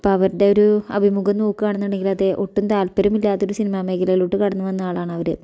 ഇപ്പം അവരുടെ ഒരു അഭിമുഖം നോക്കുവാണെന്നുണ്ടങ്കിലത് ഒട്ടും താൽപ്പര്യമില്ലാത്തൊരു സിനിമാമേഖലയിലോട്ട് കടന്ന് വന്ന ആളാണവര്